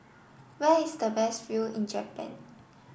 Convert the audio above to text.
where is the best view in Japan